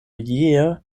year